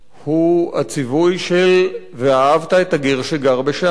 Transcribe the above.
הוא הציווי של ואהבת את הגר שגר בשעריך,